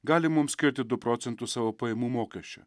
gali mums skirti du procentus savo pajamų mokesčio